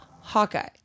Hawkeye